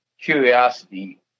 curiosity